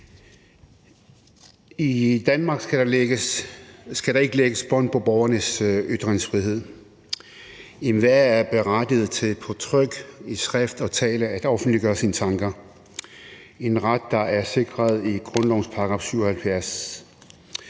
I Danmark skal der ikke lægges bånd på borgernes ytringsfrihed. Enhver er berettiget til på tryk, i skrift og i tale at offentliggøre sine tanker. Det er en ret, der er sikret i grundlovens § 77.